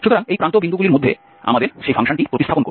সুতরাং এই প্রান্তবিন্দুগুলির মধ্যে আমরা সেই ফাংশনটি প্রতিস্থাপন করব